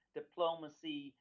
diplomacy